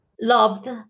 loved